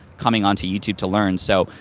coming onto youtube to learn. so,